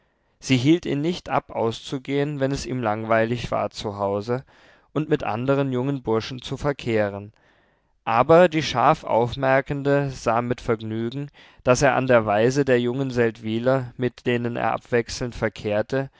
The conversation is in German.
sie hielt ihn nicht ab auszugehen wenn es ihm langweilig war zu hause und mit anderen jungen burschen zu verkehren aber die scharf aufmerkende sah mit vergnügen daß er an der weise der jungen seldwyler mit denen er abwechselnd verkehrte